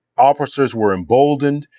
officers were emboldened.